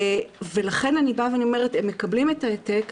לכן אני אומרת, הם מקבלים את ההעתק,